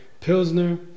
Pilsner